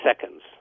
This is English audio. seconds